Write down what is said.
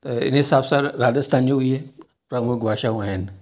त इन ई हिसाब सां राजस्थान जो इहे प्रमुख भाषाऊं आहिनि